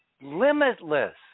limitless